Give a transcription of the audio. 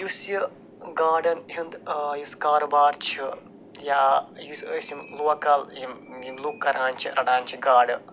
یُس یہِ گاڈَن ہُنٛد یُس کارٕبار چھِ یا یُس أسۍ یِم لوکَل یِم یِم لُک کران چھِ رَٹان چھِ گاڈٕ